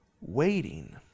waiting